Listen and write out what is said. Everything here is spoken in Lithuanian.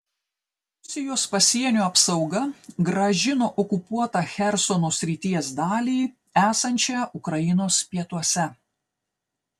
rusijos pasienio apsauga grąžino okupuotą chersono srities dalį esančią ukrainos pietuose